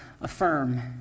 affirm